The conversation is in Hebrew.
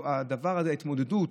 נמצא הדבר הזה, ההתמודדות